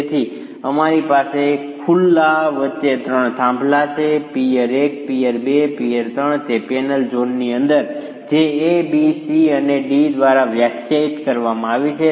તેથી અમારી પાસે ખુલ્લા વચ્ચે ત્રણ થાંભલા છે પિયર 1 પિઅર 2 અને પિઅર 3 તે પેનલ ઝોનની અંદર પેનલ જે A B C અને D દ્વારા વ્યાખ્યાયિત કરવામાં આવી છે